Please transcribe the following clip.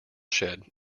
shed